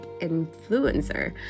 influencer